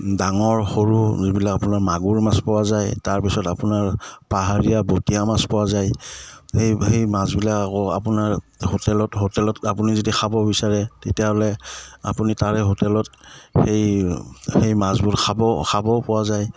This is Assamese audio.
ডাঙৰ সৰু যিবিলাক আপোনাৰ মাগুৰ মাছ পোৱা যায় তাৰপিছত আপোনাৰ পাহাৰীয়া বটীয়া মাছ পোৱা যায় সেই সেই মাছবিলাক আকৌ আপোনাৰ হোটেলত হোটেলত আপুনি যদি খাব বিচাৰে তেতিয়াহ'লে আপুনি তাৰে হোটেলত সেই সেই মাছবোৰ খাব খাবও পোৱা যায়